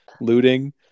looting